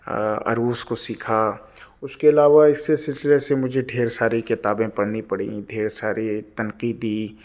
عروض کو سیکھا اس کے علاوہ اس سے سلسلے سے مجھے ڈھیر ساری کتابیں پڑھنی پڑیں ڈھیر ساری تنقیدی